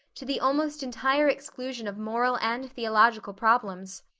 to the almost entire exclusion of moral and theological problems.